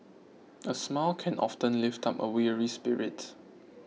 a smile can often lift up a weary spirit